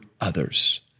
others